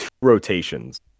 rotations